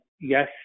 yes